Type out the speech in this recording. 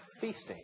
feasting